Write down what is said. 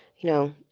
you know,